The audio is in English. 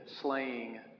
slaying